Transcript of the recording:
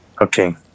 Okay